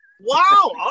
Wow